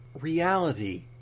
reality